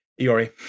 iori